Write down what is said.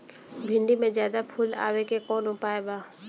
भिन्डी में ज्यादा फुल आवे के कौन उपाय बा?